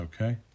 okay